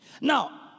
Now